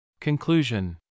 Conclusion